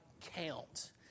count